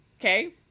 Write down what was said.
okay